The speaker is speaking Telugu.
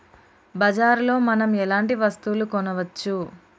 బజార్ లో మనం ఎలాంటి వస్తువులు కొనచ్చు?